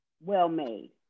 well-made